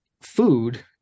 food